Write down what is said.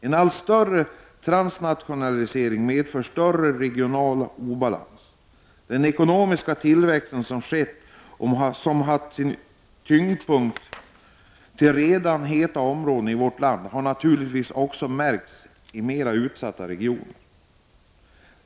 En allt större transnationalisering medför större regional obalans. Den ekonomiska tillväxt som har skett och som har haft sin tyngdpunkt i redan heta områden i vårt land har naturligtvis också märkts i mer utsatta regioner.